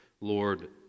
Lord